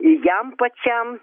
jam pačiam